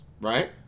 right